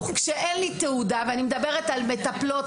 כשאין לי תעודה ואני מדברת על מטפלות,